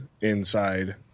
inside